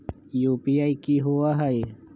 UPI कि होअ हई?